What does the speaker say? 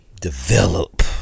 develop